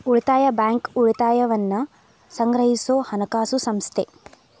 ಉಳಿತಾಯ ಬ್ಯಾಂಕ್, ಉಳಿತಾಯವನ್ನ ಸಂಗ್ರಹಿಸೊ ಹಣಕಾಸು ಸಂಸ್ಥೆ